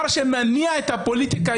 כשאתם מנסים להביא את זה,